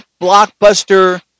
blockbuster